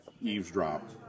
eavesdrop